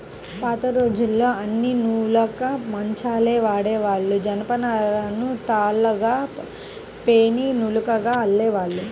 పాతరోజుల్లో అన్నీ నులక మంచాలే వాడేవాళ్ళు, జనపనారను తాళ్ళుగా పేని నులకగా అల్లేవాళ్ళు